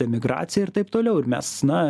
emigracija ir taip toliau ir mes na